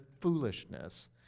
foolishness